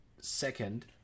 second